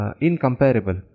incomparable